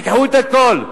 תיקחו את הכול.